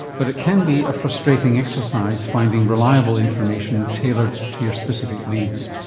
but it can be a frustrating exercise finding reliable information tailored to your specific needs.